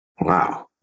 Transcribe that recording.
wow